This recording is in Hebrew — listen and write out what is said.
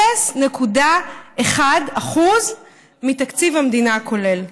0.1% מתקציב המדינה הכולל.